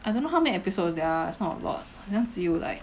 I don't know how many episodes there are is not a lot 好像只有 like